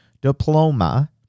diploma